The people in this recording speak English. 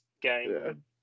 game